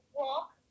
walk